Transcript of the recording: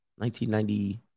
1990